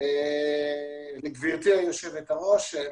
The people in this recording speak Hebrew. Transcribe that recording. לגברתי היושבת הראש.